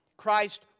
Christ